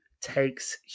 takes